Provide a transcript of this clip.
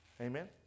Amen